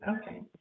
Okay